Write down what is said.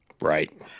Right